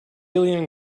alien